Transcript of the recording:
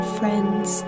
friends